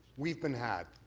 we've been had.